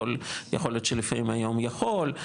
יכול להיות שלפעמים היום הוא יכול.